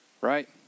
right